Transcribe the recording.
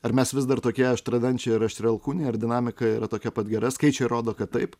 ar mes vis dar tokie aštriadančiai ar aštriaalkūniai ar dinamika yra tokia pat gera skaičiai rodo kad taip